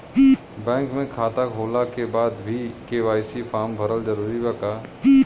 Bank में खाता होला के बाद भी के.वाइ.सी फार्म भरल जरूरी बा का?